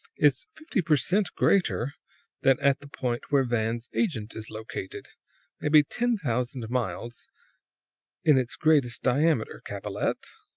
is fifty per cent greater than at the point where van's agent is located maybe ten thousand miles in its greatest diameter, capellette.